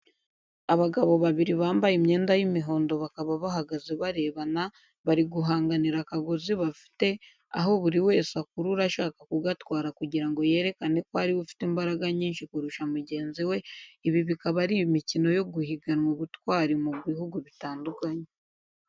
Abagabo babiri bambaye imyenda y'imihondo bakaba bahagaze barebana, bari guhanganira akagozi bafite, aho buri wese akurura ashaka kugatwara kugira ngo yerekane ko ari we ufite imbaraga nyinshi kurusha mugenzi we, ibi bikaba ari imikino yo guhiganwa ubutwari mu bihugu bitandukanye.